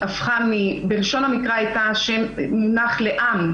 היא הייתה מונח לעם.